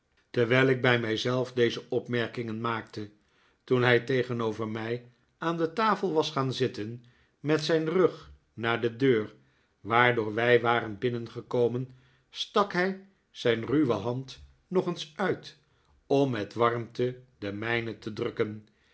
terwijl ik bij mij zelf deze opmerkingen maakte toen hij tegenover mij aan de tafel was gaan zitten met zijn rug naar de deur waardoor wij waren binnengekomen stak hij zijn ruwe hand nog eens uit om met warmte de mijne te drukken